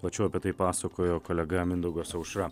plačiau apie tai pasakojo kolega mindaugas aušra